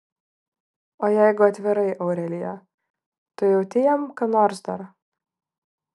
o jeigu atvirai aurelija tu jauti jam ką nors dar